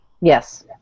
Yes